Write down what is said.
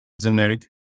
generic